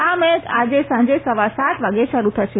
આ મેચ આજે સાંજે સવા સાત વાગ્યે શરૂ થશે